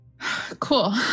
Cool